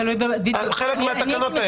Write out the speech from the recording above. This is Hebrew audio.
על חלק מהתקנות האלה.